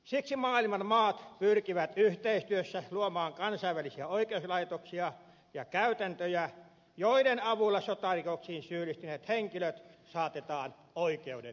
siksi maailman maat pyrkivät yhteistyössä luomaan kansainvälisiä oikeuslaitoksia ja käytäntöjä joiden avulla sotarikoksiin syyllistyneet henkilöt saatetaan oikeuden eteen